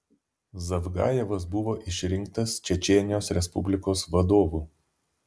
zavgajevas buvo išrinktas čečėnijos respublikos vadovu